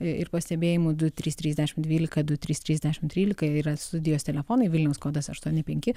ir pastebėjimų du tris trys dešimt dvylika du trys trys dešimt trylika yra studijos telefonai vilniaus kodas aštuoni penki